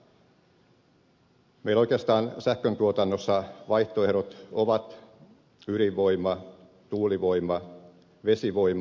meillä oikeastaan sähköntuotannossa vaihtoehdot ovat ydinvoima tuulivoima vesivoima